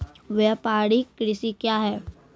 व्यापारिक कृषि क्या हैं?